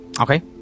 Okay